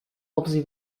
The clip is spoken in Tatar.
абзый